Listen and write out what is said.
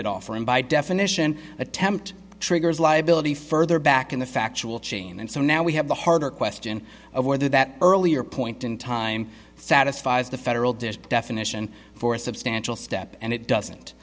attempted offer and by definition attempt triggers liability further back in the factual chain and so now we have the harder question of whether that earlier point in time satisfies the federal dish definition for a substantial step and it doesn't